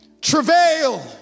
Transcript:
travail